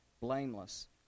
blameless